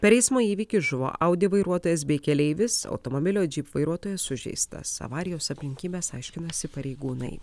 per eismo įvykį žuvo audi vairuotojas bei keleivis automobilio jeep vairuotojas sužeistas avarijos aplinkybes aiškinasi pareigūnai